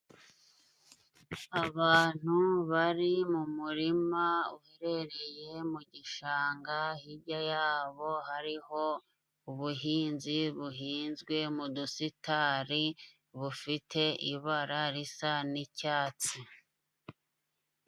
Abantu bari mu murima uherereye mu gishanga hirya yabo hariho ubuhinzi buhinzwe mu dusitari bufite ibara risa n'icyatsi.